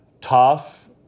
tough